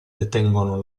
detengono